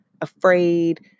afraid